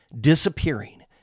disappearing